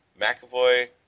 McAvoy